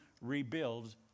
rebuild